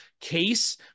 case